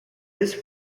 this